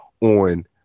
on